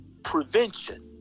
Prevention